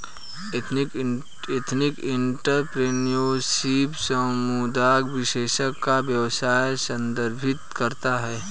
ethnic entrepreneurship समुदाय विशेष का व्यवसाय संदर्भित करता है